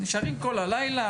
יש לנו הרבה דברים שאנחנו